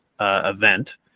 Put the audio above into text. event